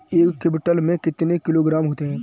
एक क्विंटल में कितने किलोग्राम होते हैं?